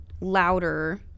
louder